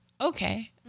okay